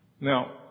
Now